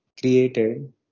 created